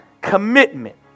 Commitment